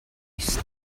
است